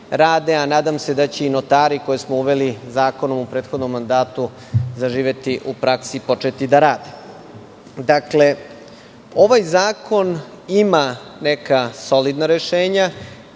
a nadam se da će i notari, koje smo uveli zakonom u prethodnom mandatu, zaživeti u praksi i početi da rade. Ovaj zakon ima neka solidna rešenja,